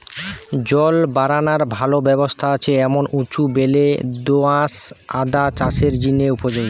জল বারানার ভালা ব্যবস্থা আছে এমন উঁচু বেলে দো আঁশ আদা চাষের জিনে উপযোগী